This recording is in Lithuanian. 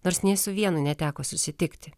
nors nė su vienu neteko susitikti